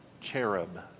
cherub